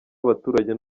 abaturage